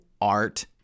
art